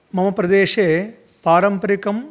मम प्रदेशे पारम्परिकं